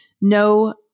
No